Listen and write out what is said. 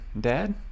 Dad